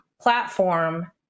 platform